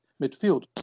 midfield